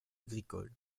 agricoles